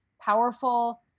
powerful